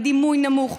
הדימוי נמוך.